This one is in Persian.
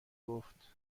گفت